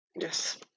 Yes